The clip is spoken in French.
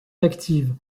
active